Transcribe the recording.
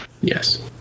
Yes